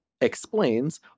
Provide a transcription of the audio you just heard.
explains